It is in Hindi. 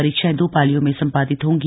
परीक्षाएं दो पालियों में संपादित होंगी